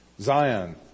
Zion